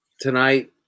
tonight